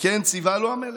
כי כן צִוָה לו המלך